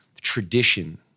tradition